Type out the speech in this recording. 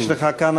יש לך כאן,